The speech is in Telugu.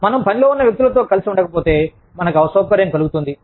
మనం పనిలో ఉన్న వ్యక్తులతో కలిసి ఉండకపోతే మనకు అసౌకర్యం కలుగుతుంది